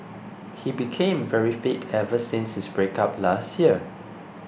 he became very fit ever since his breakup last year